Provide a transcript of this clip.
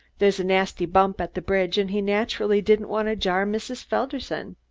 there's a nasty bump at the bridge and he naturally didn't want to jar mrs. felderson.